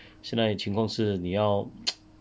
现在情况是你要